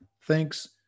Thanks